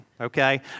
Okay